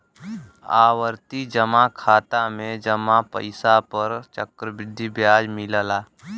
आवर्ती जमा खाता में जमा पइसा पर चक्रवृद्धि ब्याज मिलला